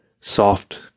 soft